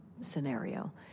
scenario